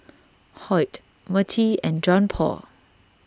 Hoyt Mertie and Johnpaul